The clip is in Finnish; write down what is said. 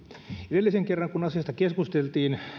edellisen kerran kun asiasta keskusteltiin